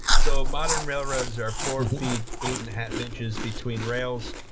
so modern railroads are four feet, eight and a half inches between rails.